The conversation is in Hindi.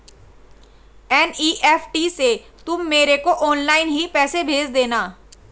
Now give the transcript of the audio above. एन.ई.एफ.टी से तुम मेरे को ऑनलाइन ही पैसे भेज देना